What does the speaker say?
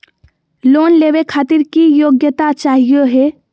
Loan लेवे खातीर की योग्यता चाहियो हे?